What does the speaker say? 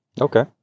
Okay